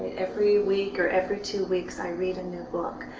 every week or every two weeks, i read a new book.